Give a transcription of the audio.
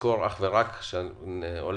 ולזכור שיש